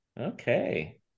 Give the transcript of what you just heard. Okay